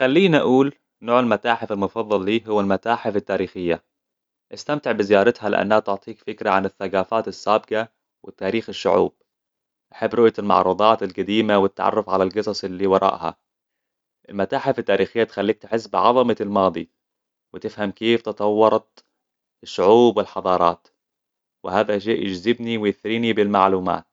خليني أقول نوع المتاحف المفضل لي هو المتاحف التاريخية أستمتع بزيارتها لأنها تعطيك فكرة عن الثقافات السابقة وتاريخ الشعوب أحب رؤيه المعروضات القديمة والتعرف على القصص اللي وراءها المتاحف التاريخية تخليك تحس بعظمة الماضي وتفهم كيف تطورت الشعوب والحضارات وهذا شئ يجذبني ويثريني بالمعلومات